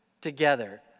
together